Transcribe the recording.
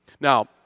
Now